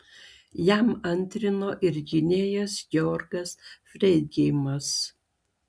jam antrino ir gynėjas georgas freidgeimas